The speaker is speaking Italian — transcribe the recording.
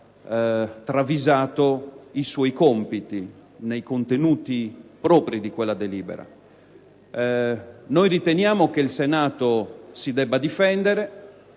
travalicato i suoi compiti rispetto ai contenuti propri di quella delibera. Riteniamo che il Senato si debba difendere,